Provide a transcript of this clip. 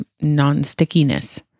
non-stickiness